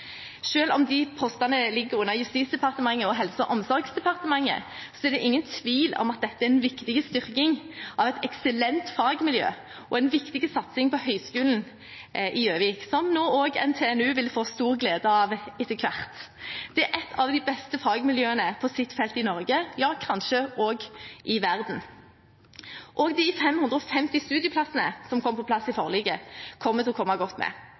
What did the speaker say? om disse postene ligger under Justisdepartementet og Helse- og omsorgsdepartementet, er det ingen tvil om at dette er en viktig styrking av et eksellent fagmiljø og en viktig satsing på Høgskolen i Gjøvik, som også NTNU vil få stor glede av etter hvert. Det er et av de beste fagmiljøene på sitt felt i Norge, ja kanskje også i verden. Også de 550 studieplassene som kom på plass i forliket, kommer til å komme godt med.